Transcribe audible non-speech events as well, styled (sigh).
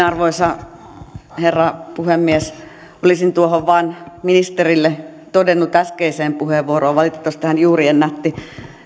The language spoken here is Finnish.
(unintelligible) arvoisa herra puhemies olisin vain ministerille todennut tuohon äskeiseen puheenvuoroon valitettavasti hän juuri ennätti